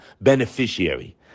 beneficiary